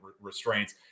restraints